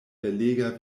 belega